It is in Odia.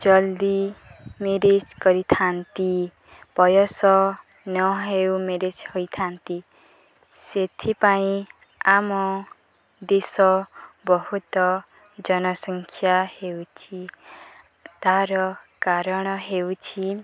ଜଲ୍ଦି ମ୍ୟାରେଜ୍ କରିଥାନ୍ତି ବୟସ ନ ହେଉ ମ୍ୟାରେଜ୍ ହୋଇଥାନ୍ତି ସେଥିପାଇଁ ଆମ ଦେଶ ବହୁତ ଜନସଂଖ୍ୟା ହେଉଛି ତାର କାରଣ ହେଉଛି